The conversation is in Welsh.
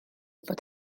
bod